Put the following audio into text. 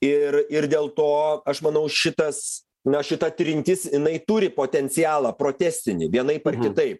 ir ir dėl to aš manau šitas na šita trintis jinai turi potencialą protestinį vienaip ar kitaip